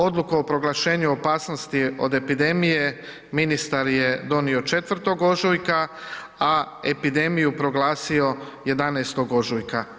Odluku o proglašenju opasnosti od epidemije ministar je donio 4. ožujka, a epidemiju proglasio 11. ožujka.